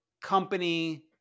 company